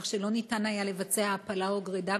כך שלא ניתן היה לבצע הפלה או גרידה,